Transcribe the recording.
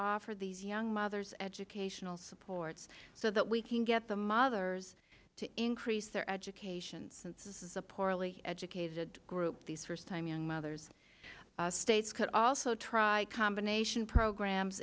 offer these young mothers educational supports so that we can get the mothers to increase their education since this is a poorly educated group these first time young mothers states could also try combination programs